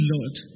Lord